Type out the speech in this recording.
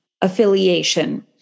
affiliation